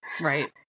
Right